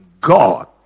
god